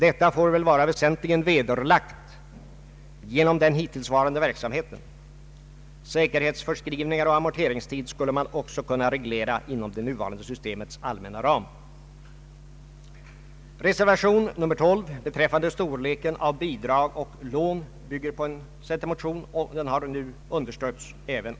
Det nuvarande stödområdet, som i fortsättningen skulle benämnas det allmänna stödområdet, utvidgades med vissa kommunblock i Värmlands och Kopparbergs län.